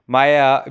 Maya